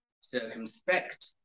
Circumspect